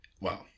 Wow